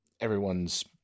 everyone's